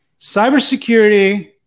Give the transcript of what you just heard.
cybersecurity